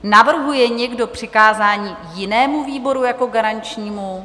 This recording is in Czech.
Navrhuje někdo přikázání jinému výboru jako garančnímu?